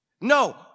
No